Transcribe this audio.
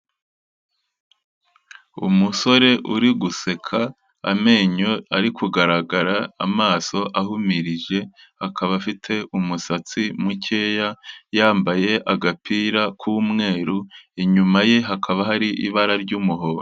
Umusore uri guseka, amenyo ari kugaragara, amaso ahumirije, akaba afite umusatsi mukeya, yambaye agapira k'umweru, inyuma ye hakaba hari ibara ry'umuhondo.